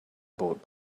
bought